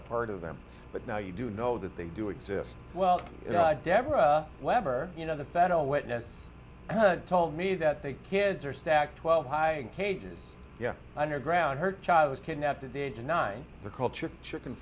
a part of them but now you do know that they do exist well you know i deborah lab or you know the federal witness had told me that they kids are stacked twelve high in cages yeah underground her child was kidnapped at the age of nine the culture shi